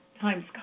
times